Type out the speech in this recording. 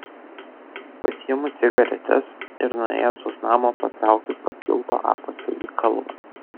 pasiimu cigaretes ir nuėjęs už namo patraukiu pro tilto apačią į kalvą